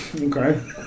Okay